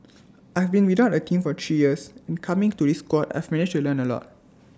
I've been without A team for three years and coming to this squad I've managed to learn A lot